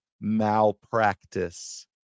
malpractice